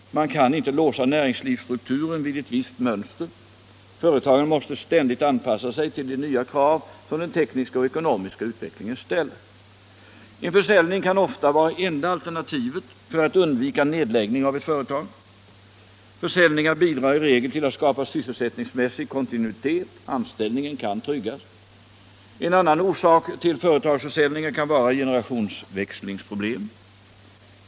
Man kan inte låsa näringslivsstrukturen vid ett visst mönster. Företagen måste ständigt anpassa sig till de nya krav som den tekniska och ekonomiska utvecklingen ställer. En försäljning kan ofta vara enda alternativet för att undvika nedläggning av ett företag. Försäljningar bidrar i regel till att skapa sysselsättningsmässig kontinuitet — anställningen kan tryggas. En annan orsak till företagsförsäljningar kan vara generationsväxlingsproblem.